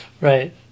right